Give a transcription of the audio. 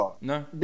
No